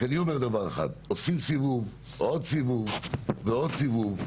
אז אני אומר דבר אחד: עושים סיבוב ועוד סיבוב ועוד סיבוב.